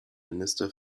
minister